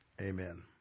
amen